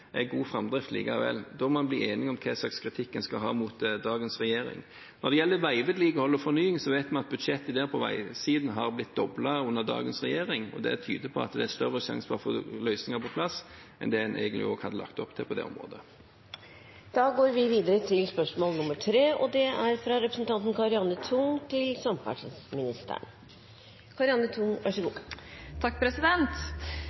god framdrift likevel. Da må en bli enig om hva slags kritikk en skal rette mot dagens regjering. Når det gjelder veivedlikehold og fornying, vet vi at budsjettet på veisiden har blitt doblet under dagens regjering, og det tyder på at det er større sjanse for å få løsninger på plass enn det en egentlig hadde lagt opp til på det området. «Ny E6 sør for Trondheim er lovet ferdig utbygd innen 2023. Stortinget har gjennom klimaforliket samtidig slått fast at all vekst i persontrafikk i og